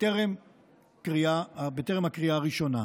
טרם הקריאה הראשונה.